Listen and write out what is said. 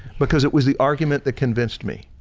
because it was the argument that convinced me.